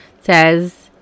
says